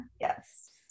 yes